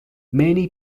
many